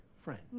friend